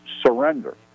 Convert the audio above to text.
surrender